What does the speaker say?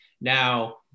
Now